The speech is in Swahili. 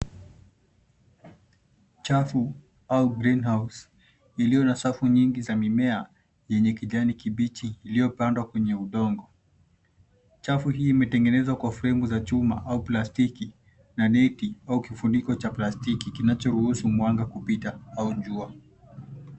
Chafu au green house iliyo na safu nyingi za mimea yenye kijani kibichi iliyopandwa kwenye udongo. Chafu hii imetengenezwa kwa fremu za chuma au plastiki na neti au kifuniko cha plastiki kinachoruhusu mwanga kupita au jua.